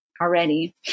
already